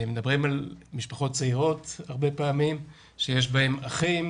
מדברים על משפחות צעירות הרבה פעמים שיש בהם אחים,